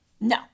No